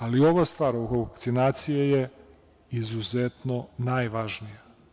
Ali, ova stvar oko vakcinacije je izuzetno najvažnija.